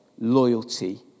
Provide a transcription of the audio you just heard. loyalty